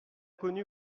connu